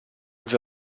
the